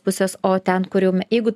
pusės o ten kur jau jeigu